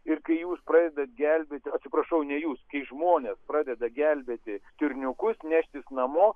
ir kai jūs pradedat gelbėti atsiprašau ne jūs kai žmonės pradeda gelbėti stirniukus neštis namo